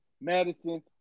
Madison